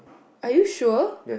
are you sure